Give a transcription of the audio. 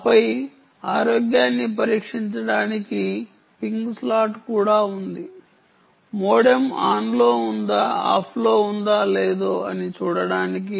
ఆపై ఆరోగ్యాన్ని పరీక్షించడానికి పింగ్ స్లాట్ కూడా ఉంది మోడెమ్ ఆన్ లో ఉందా ఆఫ్లో ఉందా లేదా అని చూడడానికి